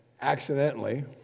accidentally